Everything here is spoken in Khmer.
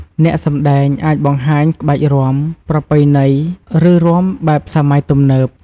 អ្នកសម្ដែងអាចបង្ហាញក្បាច់រាំបុរាណ ប្រពៃណី ឬរាំបែបសម័យទំនើប។